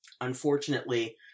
unfortunately